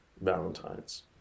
Valentine's